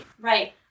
Right